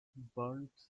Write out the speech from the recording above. burns